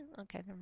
okay